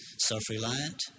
Self-reliant